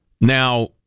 Now